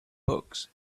books